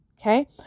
Okay